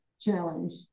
Challenge